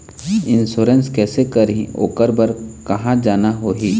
Insurance कैसे करही, ओकर बर कहा जाना होही?